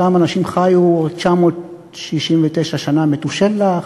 שם אנשים חיו 969 שנה, מתושלח,